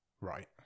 Right